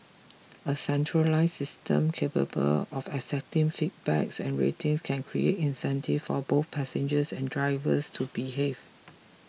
a centralised system capable of accepting feedbacks and rating can create incentives for both passengers and drivers to behave